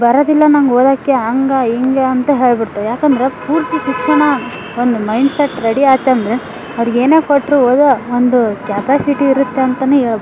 ಬರೋದಿಲ್ಲ ನಂಗೆ ಓದೋಕ್ಕೆ ಹಂಗ ಹಿಂಗಾ ಅಂತ ಹೇಳ್ಬಿಡ್ತವೆ ಯಾಕಂದ್ರೆ ಪೂರ್ತಿ ಶಿಕ್ಷಣ ಒಂದು ಮೈಂಡ್ಸೆಟ್ ರೆಡಿ ಆಯಿತಂದ್ರೆ ಅವ್ರಿಗೆ ಏನು ಕೊಟ್ರೂ ಓದೋ ಒಂದು ಕ್ಯಪಾಸಿಟಿ ಇರುತ್ತೆ ಅಂತನೇ ಹೇಳ್ಬೋದ್